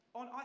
on